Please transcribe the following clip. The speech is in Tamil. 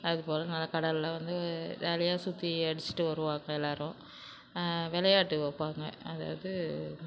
அது போல் நல்லா கடல்ல வந்து ஜாலியாக சுற்றி அடிச்சிட்டு வருவாங்கள் எல்லாரும் விளையாட்டு வைப்பாங்க அதாவது